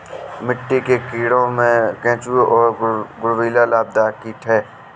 मिट्टी के कीड़ों में केंचुआ और गुबरैला लाभदायक कीट हैं